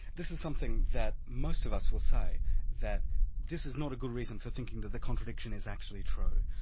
this is something that most of us will say that this is not a good reason for thinking that the contradiction is actually true.